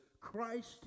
Christ